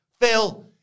Phil